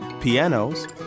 pianos